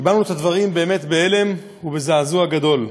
קיבלנו את הדברים באמת בהלם ובזעזוע גדול.